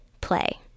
play